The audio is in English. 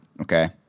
Okay